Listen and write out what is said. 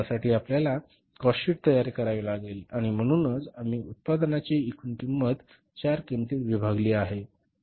त्यासाठी आपल्याला cost sheet तयार करावी लागेल आणि म्हणूनच आम्ही उत्पादनाची एकूण किंमत चार किंमतीत विभागली आहे